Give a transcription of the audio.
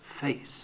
face